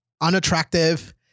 Unattractive